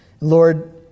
Lord